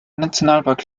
nationalpark